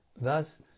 Thus